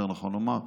יותר נכון לומר,